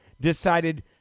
decided